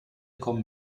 kommen